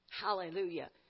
hallelujah